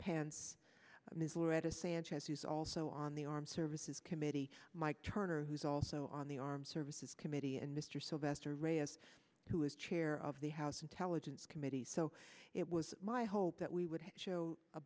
pants and his lawyer at a sanchez who's also on the armed services committee mike turner who's also on the armed services committee and mr sylvester reyes who is chair of the house intelligence committee so it was my hope that we would show